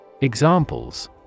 Examples